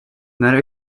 när